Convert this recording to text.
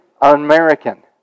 American